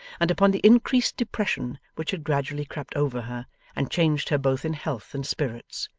and upon the increased depression which had gradually crept over her and changed her both in health and spirits.